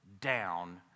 down